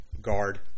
guard